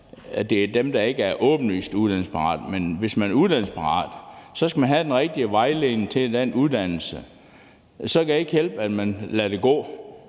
at det er dem, der ikke er åbenlyst uddannelsesparate – have den rigtige vejledning til en uddannelse. Så kan det ikke hjælpe, at man lader der gå